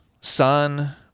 sun